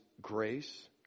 grace